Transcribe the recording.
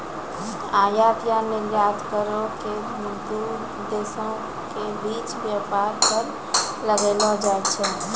आयात या निर्यात करो के दू देशो के बीच व्यापारो पर लगैलो जाय छै